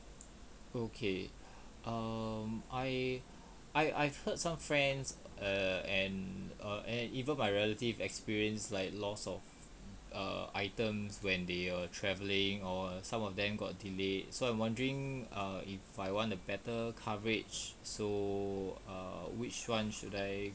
okay um I I I've heard some friends err and err and even my relative experienced like loss of err items when they were travelling or some of them got delayed so I'm wondering err if I want a better coverage so err which one should I